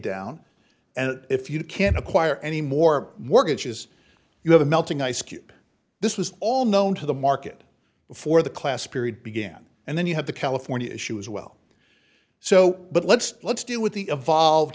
down and if you can't acquire any more mortgages you have a melting ice cube this was all known to the market before the class period began and then you have the california issue as well so but let's let's deal with the